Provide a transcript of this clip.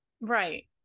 right